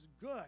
good